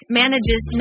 manages